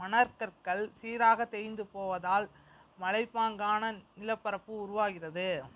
மணற்கற்கள் சீராக தேய்ந்துப் போவதால் மலைப்பாங்கான நிலப்பரப்பு உருவாகிறது